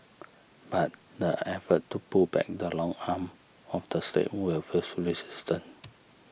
but the efforts to pull back the long arm of the State will face resistance